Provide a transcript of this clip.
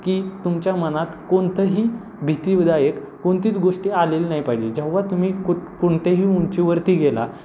की तुमच्या मनात कोणतंही भीतीदायक कोणतीच गोष्टी आलेली नाही पाहिजे जेव्हा तुम्ही कु कोणतेही उंचीवरती गेला